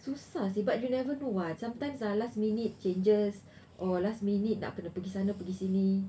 susah seh but you never know what sometimes ah last minute changes or last minute nak kena pergi sana pergi sini